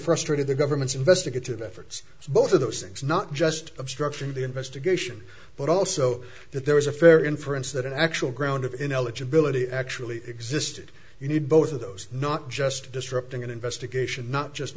frustrated the government's investigative efforts both of those things not just obstruction the investigation but also that there was a fair inference that an actual ground of ineligibility actually existed you need both of those not just disrupting an investigation